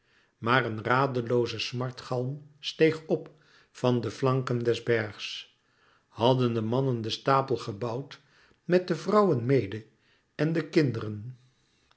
maar een radelooze smartgalm steeg op van de flanken des bergs hadden de mannen den stapel gebouwd met de vrouwen mede en de kinderen